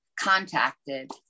contacted